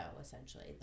essentially